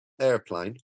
airplane